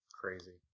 crazy